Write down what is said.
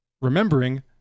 remembering